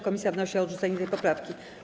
Komisja wnosi o odrzucenie tej poprawki.